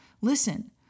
Listen